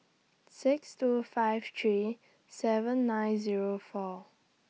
six two five three seven nine Zero four